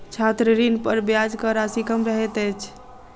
छात्र ऋणपर ब्याजक राशि कम रहैत अछि